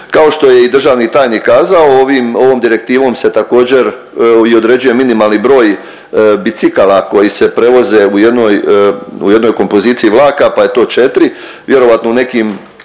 Kao što je i državni tajnik kazao ovim, ovom direktivom se također i određuje minimalni broj bicikala koji se prevoze u jednoj, u jednoj kompoziciji vlaka pa je to četiri. Vjerojatno u nekim,